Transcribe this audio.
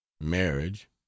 marriage